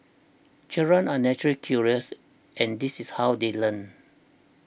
children are naturally curious and this is how they learn